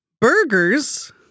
burgers